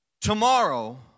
Tomorrow